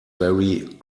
very